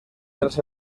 tras